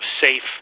safe